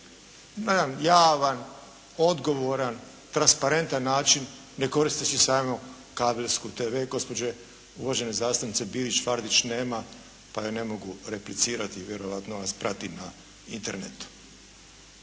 na jedan javan, odgovoran, transparentan način ne koristeći samo kabelsku TV, gospođe uvažene Bilić Vardić nema, pa je ne mogu replicirati, vjerojatno nas prati na Internetu.